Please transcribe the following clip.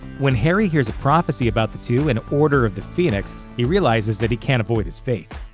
when harry hears a prophecy about the two in order of the phoenix, he realizes that he can't avoid his fate.